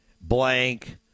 blank